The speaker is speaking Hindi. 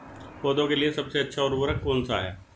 पौधों के लिए सबसे अच्छा उर्वरक कौन सा है?